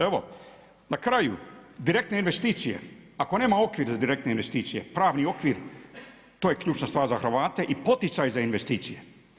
Evo na kraju, direktne investicije, ako nema okvir za direktne investicije, pravni okvir to je ključna stvar za Hrvate i poticaj za investicije.